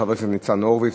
חבר הכנסת ניצן הורוביץ,